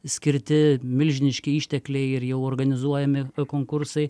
skirti milžiniški ištekliai ir jau organizuojami konkursai